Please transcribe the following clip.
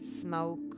smoke